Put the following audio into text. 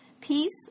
peace